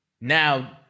Now